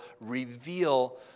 reveal